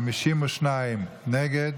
52 נגד.